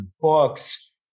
books